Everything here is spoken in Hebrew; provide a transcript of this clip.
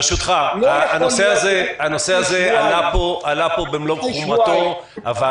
ברשותך, הנושא הזה עלה פה במלוא חומרתו.